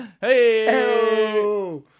Hey